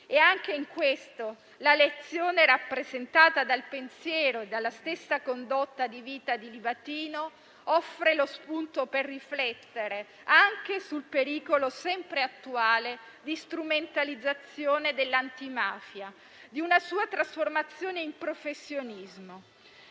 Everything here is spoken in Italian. e anche in questo la lezione rappresentata dal pensiero e dalla stessa condotta di vita di Livatino offre lo spunto per riflettere, anche sul pericolo sempre attuale di strumentalizzazione dell'antimafia, di una sua trasformazione in professionismo.